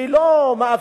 והיא לא מאפשרת